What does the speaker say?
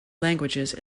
languages